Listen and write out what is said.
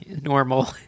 normal